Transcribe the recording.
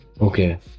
Okay